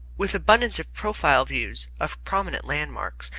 with abundance of profile views of prominent landmarks,